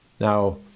now